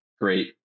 great